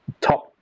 top